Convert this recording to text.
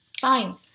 Fine